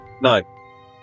No